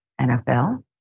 NFL